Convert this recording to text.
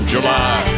July